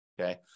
Okay